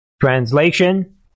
translation